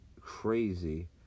crazy